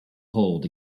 hold